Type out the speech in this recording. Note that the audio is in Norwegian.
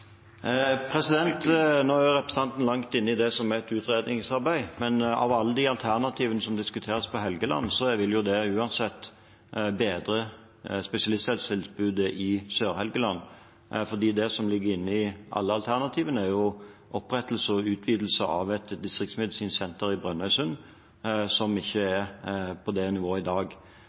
Nå er representanten langt inne i det som er et utredningsarbeid. Men alle de alternativene som diskuteres på Helgeland, vil uansett bedre spesialisthelsetilbudet i Sør-Helgeland, for det som ligger inne i alle alternativene, er jo opprettelse og utvidelse av et distriktsmedisinsk senter i Brønnøysund, som ikke er på det nivået i dag.